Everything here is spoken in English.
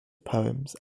poems